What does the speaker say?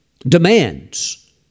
demands